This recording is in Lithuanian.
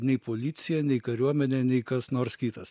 nei policija nei kariuomenė nei kas nors kitas